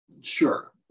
Sure